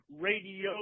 radio